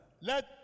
Let